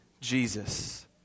Jesus